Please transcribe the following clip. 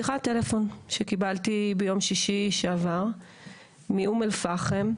שיחת טלפון שקיבלתי ביום שישי שעבר מאום אל פחם,